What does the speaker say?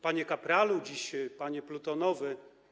Panie kapralu, dziś panie plutonowy!